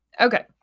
Okay